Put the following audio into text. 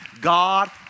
God